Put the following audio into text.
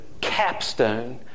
capstone